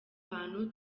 hantu